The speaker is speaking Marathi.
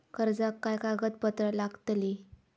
कर्जाक काय कागदपत्र लागतली?